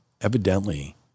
Evidently